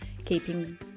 Keeping